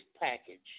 package